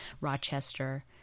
rochester